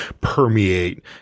permeate